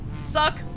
Suck